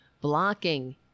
blocking